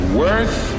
worth